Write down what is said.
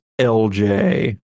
LJ